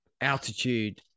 altitude